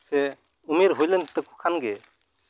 ᱥᱮ ᱩᱢᱮᱨ ᱦᱩᱭ ᱞᱮᱱ ᱛᱟᱠᱚ ᱠᱷᱟᱱ ᱜᱮ